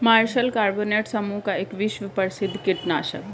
martial carbonate समूह का एक विश्व प्रसिद्ध कीटनाशक है